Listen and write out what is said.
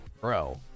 bro